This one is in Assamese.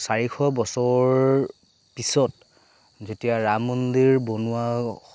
চাৰিশ বছৰ পিছত যেতিয়া ৰাম মন্দিৰ বনোৱা